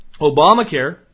Obamacare